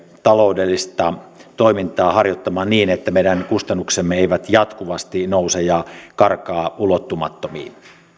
taloudellista toimintaa harjoittamaan niin että meidän kustannuksemme eivät jatkuvasti nouse ja karkaa ulottumattomiin